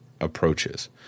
approaches